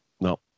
no